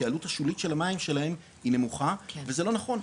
כי העלות השולית של המים שלהם היא נמוכה וזה לא נכון,